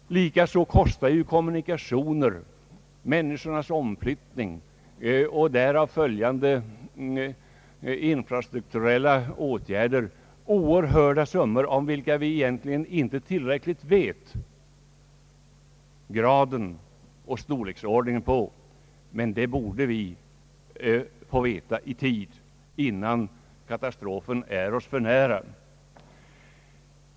Kommunikationer, människornas omflyttning och därav följande infrastrukturella åtgärder kostar oerhörda summor. Vi vet egentligen inte tillräckligt om dessa summors storleksordning, men det borde vi få veta i tid, innan katastrofen är för nära.